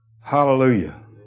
Hallelujah